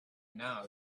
now